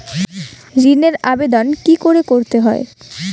ঋণের আবেদন কি করে করতে হয়?